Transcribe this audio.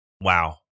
Wow